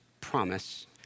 promise